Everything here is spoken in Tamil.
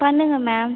பண்ணுங்கள் மேம்